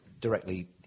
directly